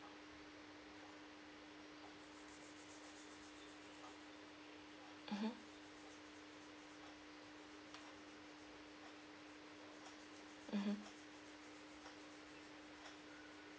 mmhmm mmhmm